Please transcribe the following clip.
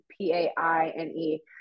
p-a-i-n-e